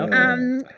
um,